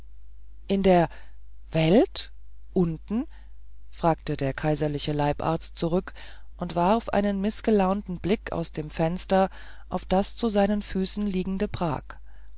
in der welt unten fragte der kaiserliche leibarzt zurück und warf einen mißgelaunten blick aus dem fenster auf das zu seinen füßen liegende prag